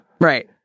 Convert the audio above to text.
Right